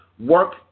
Work